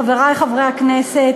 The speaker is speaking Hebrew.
חברי חברי הכנסת,